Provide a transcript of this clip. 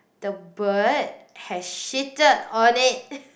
the bird has shitted on it